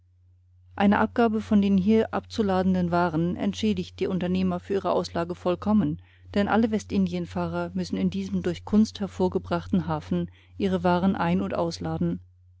eine abgabe von den hier abzuladenden waren entschädigt die unternehmer für ihre auslage vollkommen denn alle westindienfahrer müssen in diesem durch kunst hervorgebrachten hafen ihre waren ein und ausladen